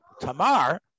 Tamar